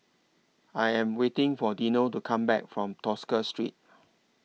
I Am waiting For Dino to Come Back from Tosca Street